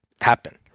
happen